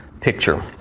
picture